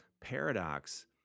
paradox